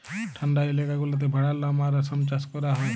ঠাল্ডা ইলাকা গুলাতে ভেড়ার লম আর রেশম চাষ ক্যরা হ্যয়